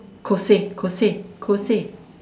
Kose Kose Kose